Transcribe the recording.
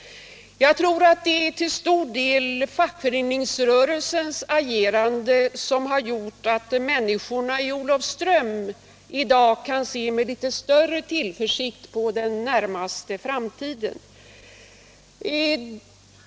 Jag tror att det till stor del är fackföreningsrörelsens agerande som har gjort att människorna i Olofström i dag kan se med litet större tillförsikt på den närmaste framtiden.